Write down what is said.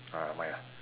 oh never mind lah